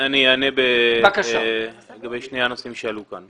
אני אענה לגבי שני הנושאים שעלו כאן.